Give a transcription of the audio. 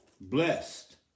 Blessed